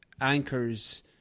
anchors